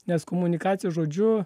nes komunikacija žodžiu